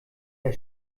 der